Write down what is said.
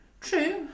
True